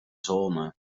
zone